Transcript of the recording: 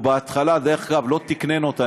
הוא בהתחלה, דרך אגב, לא תקנן אותם.